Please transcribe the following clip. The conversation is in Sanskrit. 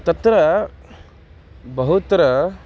तत्र बहुत्र